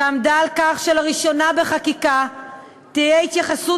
ועמדה על כך שלראשונה בחקיקה תהיה התייחסות